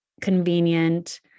convenient